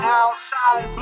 outside